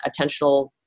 attentional